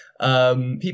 People